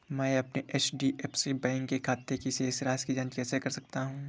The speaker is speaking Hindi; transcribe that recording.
मैं अपने एच.डी.एफ.सी बैंक के खाते की शेष राशि की जाँच कैसे कर सकता हूँ?